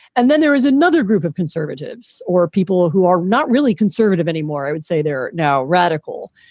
and then there is another group of conservatives or people who are not really conservative anymore. i would say they're now radical,